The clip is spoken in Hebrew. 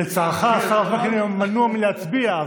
לצערך, השר וקנין מנוע מלהצביע.